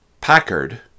Packard